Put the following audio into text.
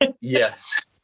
Yes